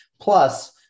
Plus